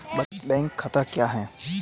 बचत बैंक खाता क्या है?